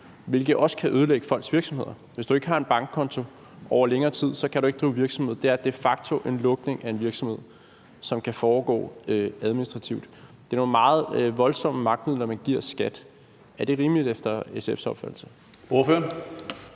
hvilket kan ødelægge folks virksomheder. Hvis du ikke har en bankkonto over længere tid, kan du ikke drive virksomhed. Det er de facto en lukning af en virksomhed, som kan foregå administrativt. Det er nogle meget voldsomme magtmidler, man giver skattemyndighederne. Er det rimeligt efter SF's opfattelse?